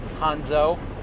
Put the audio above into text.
Hanzo